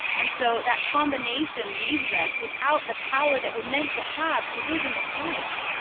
and so that combination leaves us without the power that we're meant to have to live in this life.